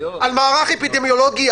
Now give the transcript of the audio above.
על מערך אפידמיולוגי?